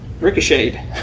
ricocheted